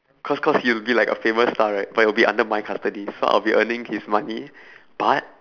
cause cause he will be like a famous star right but will be under my custody so I will be earning his money but